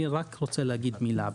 ברשותך, אני רוצה לומר מילה.